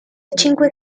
cinque